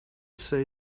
say